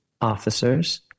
officers